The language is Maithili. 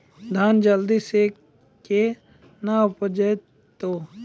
धान जल्दी से के ना उपज तो?